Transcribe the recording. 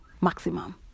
maximum